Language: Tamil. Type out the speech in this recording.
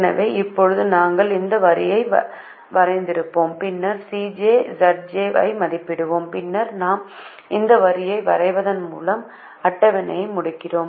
எனவே இப்போது நாங்கள் இந்த வரியை வரைந்திருப்போம் பின்னர் Cj Zj ஐ மதிப்பிடுவோம் பின்னர் இந்த வரியை வரைவதன் மூலம் அட்டவணையை முடிக்கிறோம்